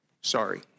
sorry